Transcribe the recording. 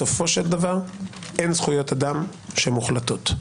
בסופו של דבר אין זכויות אדם שהן מוחלטות,